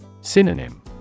Synonym